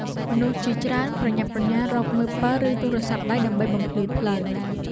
មនុស្សជាច្រើនប្រញាប់ប្រញាល់រកមើលពិល ឬទូរស័ព្ទដៃដើម្បីបំភ្លឺផ្លូវ។